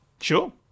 Sure